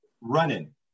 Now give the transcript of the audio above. running